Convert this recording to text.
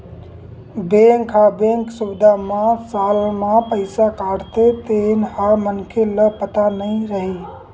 bank ह bank सुबिधा म साल म पईसा काटथे तेन ह मनखे ल पता नई रहय